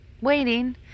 waiting